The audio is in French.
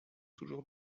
toujours